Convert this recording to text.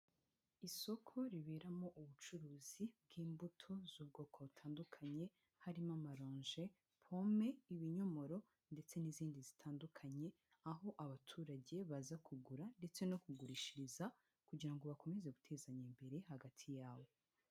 Isoko riberamo ubucuruzi bw'imbuto z'ubwoko butandukanye, harimo amaronje, pome, ibinyomoro ndetse n'izindi zitandukanye, aho abaturage baza kugura ndetse no kugurishiriza kugira ngo bakomeze gutezanya imbere hagati yabo.